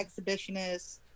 exhibitionist